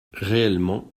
réellement